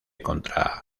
contra